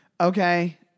okay